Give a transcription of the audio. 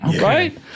right